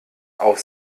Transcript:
auf